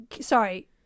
Sorry